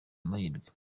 amahirwe